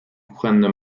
kuchenne